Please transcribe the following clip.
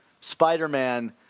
Spider-Man